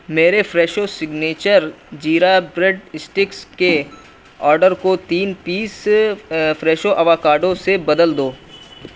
میرے Fresho signature jeera bread sticks کے order کو تین پیس سے فریشو اواکاڈو سے بدل دو